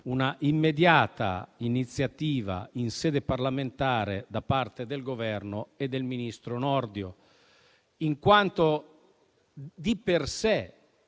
una immediata iniziativa in sede parlamentare da parte del Governo e del ministro Nordio. Di per sé